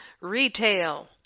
retail